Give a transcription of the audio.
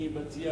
אני מציע